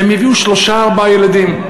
והם הביאו שלושה-ארבעה ילדים.